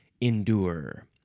endure